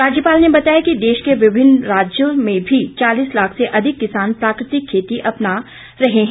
राज्यपाल ने बताया कि देश के विभिन्न राज्यों में भी चालीस लाख से अधिक किसान प्राकृतिक खेती अपनाना रहें है